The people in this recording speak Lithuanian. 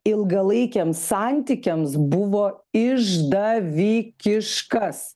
ilgalaikiams santykiams buvo iš da vi kiš kas